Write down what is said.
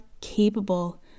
capable